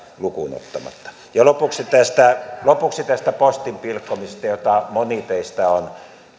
lukuun ottamatta lopuksi tästä lopuksi tästä postin pilkkomisesta jolla moni teistä on